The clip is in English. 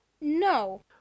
No